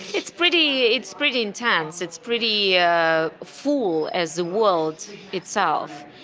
it's pretty it's pretty intense. it's pretty ah full as the world itself.